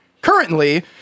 Currently